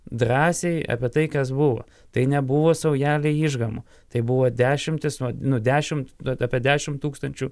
drąsiai apie tai kas buvo tai nebuvo saujelė išgamų tai buvo dešimtis nu dešimt apie dešimt tūkstančių